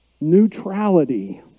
Neutrality